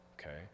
okay